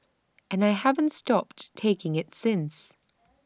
and I haven't stopped taking IT since